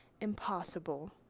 impossible